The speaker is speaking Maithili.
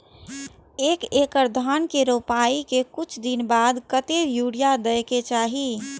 एक एकड़ धान के रोपाई के कुछ दिन बाद कतेक यूरिया दे के चाही?